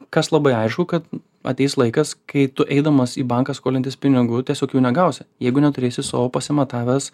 kas labai aišku kad ateis laikas kai tu eidamas į banką skolintis pinigų tiesiog jų negausi jeigu neturėsi savo pasimatavęs